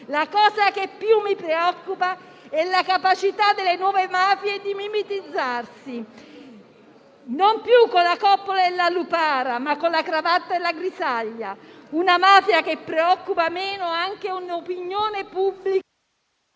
La cosa che più mi preoccupa è la capacità delle nuove mafie di mimetizzarsi, non più con la coppola e la lupara, ma con la cravatta e la grisaglia. Una mafia che preoccupa meno anche un'opinione pubblica...